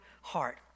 heart